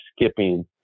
skipping